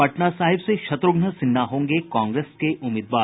पटना साहिब से शत्रुघ्न सिन्हा होंगे कांग्रेस के उम्मीदवार